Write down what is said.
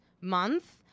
month